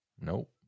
Nope